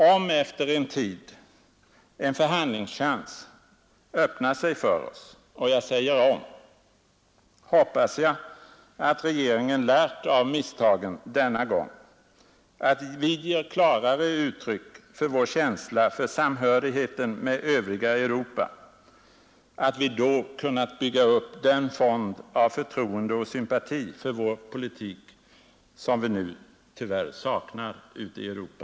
Om efter en tid en förhandlingschans öppnar sig för oss — jag säger om — hoppas jag att regeringen lärt av misstagen denna gång, att vi ger klarare uttryck för vår känsla för samhörigheten med övriga Europa och att vi då kunnat bygga upp den fond av förtroende och sympati för vår politik, som vi nu tyvärr saknar ute i Europa.